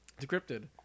Decrypted